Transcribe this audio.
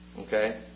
Okay